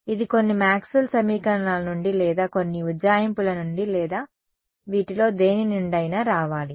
ఇది కొన్ని మాక్స్వెల్ సమీకరణాల నుండి లేదా కొన్ని ఉజ్జాయింపుల నుండి లేదా వీటిలో దేనినుండైనా రావాలి